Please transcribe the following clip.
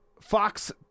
Fox